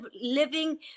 living